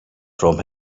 from